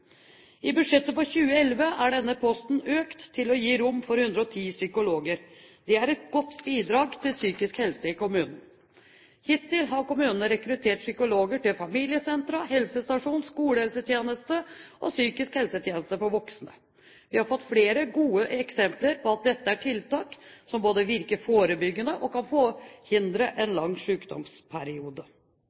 I budsjettet for 2011 er denne posten økt for å gi rom til 110 psykologer. Det er et godt bidrag til psykisk helse i kommunen. Hittil har kommunene rekruttert psykologer til familiesentre, helsestasjoner, skolehelsetjenesten og psykisk helsetjeneste for voksne. Vi har fått flere gode eksempler på at dette er tiltak som både virker forebyggende og kan forhindre en lang